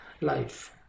life